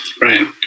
Right